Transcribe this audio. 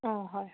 অ' হয়